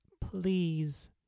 please